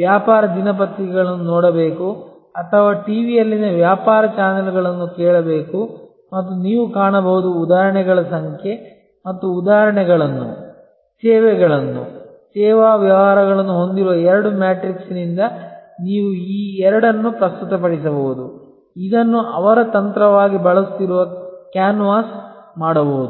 ವ್ಯಾಪಾರ ದಿನಪತ್ರಿಕೆಗಳನ್ನು ನೋಡಬೇಕು ಅಥವಾ ಟಿವಿಯಲ್ಲಿನ ವ್ಯಾಪಾರ ಚಾನೆಲ್ಗಳನ್ನು ಕೇಳಬೇಕು ಮತ್ತು ನೀವು ಕಾಣಬಹುದು ಉದಾಹರಣೆಗಳ ಸಂಖ್ಯೆ ಮತ್ತು ಉದಾಹರಣೆಗಳನ್ನು ಸೇವೆಗಳನ್ನು ಸೇವಾ ವ್ಯವಹಾರಗಳನ್ನು ಹೊಂದಿರುವ ಎರಡು ಮ್ಯಾಟ್ರಿಕ್ಸ್ನಿಂದ ನೀವು ಈ ಎರಡನ್ನು ಪ್ರಸ್ತುತಪಡಿಸಬಹುದು ಇದನ್ನು ಅವರ ತಂತ್ರವಾಗಿ ಬಳಸುತ್ತಿರುವ ಪ್ರಚಾರ ಮಾಡಬಹುದು